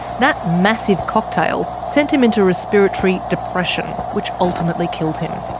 that massive cocktail sent him into respiratory depression which ultimately killed him.